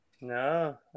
No